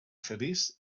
feliç